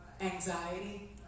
anxiety